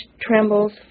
trembles